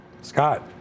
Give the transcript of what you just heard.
Scott